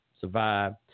survive